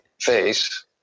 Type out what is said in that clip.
face